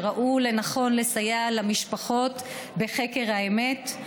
שראו לנכון לסייע למשפחות בחקר האמת,